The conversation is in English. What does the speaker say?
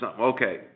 Okay